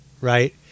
right